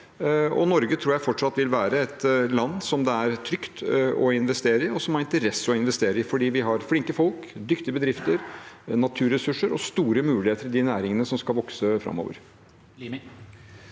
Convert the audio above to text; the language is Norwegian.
Jeg tror Norge fortsatt vil være et land det er trygt å investere i, og som det er interesse for å investere i, fordi vi har flinke folk, dyktige bedrifter, naturressurser og store muligheter i de næringene som skal vokse framover.